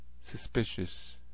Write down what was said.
suspicious